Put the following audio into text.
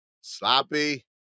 Sloppy